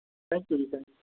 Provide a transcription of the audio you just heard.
thank you ji thank